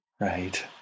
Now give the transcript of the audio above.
Right